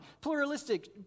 Pluralistic